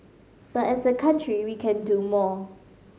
but as a country we can do more